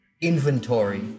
inventory